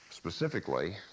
Specifically